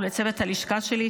ולצוות הלשכה שלי.